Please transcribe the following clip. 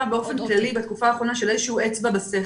באופן כללי בתקופה האחרונה של איזשהו אצבע בסכר.